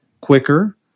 quicker